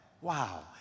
wow